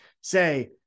say